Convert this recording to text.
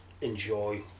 enjoy